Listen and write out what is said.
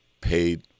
paid